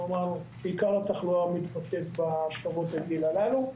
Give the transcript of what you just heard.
כלומר עיקר התחלואה מתבטאת בשכבות הגיל הללו.